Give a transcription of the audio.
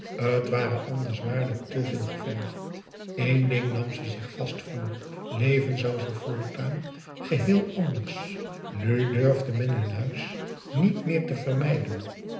t ware anders waarlijk te veel gevergd eén ding nam ze zich vast voor leven zou ze voortaan geheel anders nu durfde men hun huis niet meer te vermijden